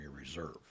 Reserve